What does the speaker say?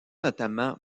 notamment